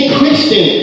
Christian